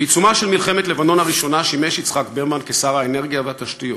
בעיצומה של מלחמת לבנון הראשונה שימש כשר האנרגיה והתשתיות.